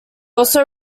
also